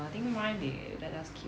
I think mine they let us keep